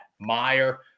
Meyer